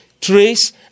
trace